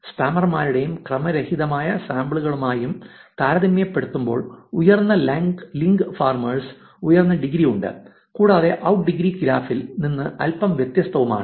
സ്പാമർമാരുമായും ക്രമരഹിതമായ സാമ്പിളുകളുമായും താരതമ്യപ്പെടുത്തുമ്പോൾ ഉയർന്ന ലിങ്ക് ഫാർമേഴ്സ് ഉയർന്ന ഡിഗ്രി ഉണ്ട് കൂടാതെ ഔട്ട് ഡിഗ്രി ഗ്രാഫിൽ നിന്ന് അല്പം വ്യത്യസ്തവുമാണ്